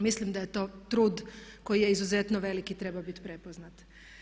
Mislim da je to trud koji je izuzetno velik i treba biti prepoznat.